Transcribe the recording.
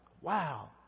Wow